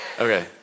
okay